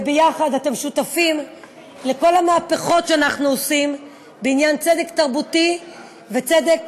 ויחד אתם שותפים לכל המהפכות שאנחנו עושים בעניין צדק תרבותי וצדק